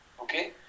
okay